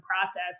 process